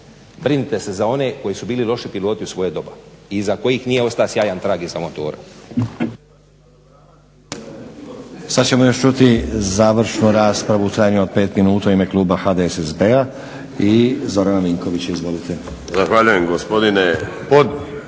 brinite se za one koji su bili loši piloti u svoje doba i iza kojih nije ostao sjajan trag iza motora.